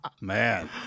man